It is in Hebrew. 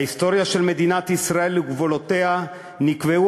ההיסטוריה של מדינת ישראל וגבולותיה נקבעו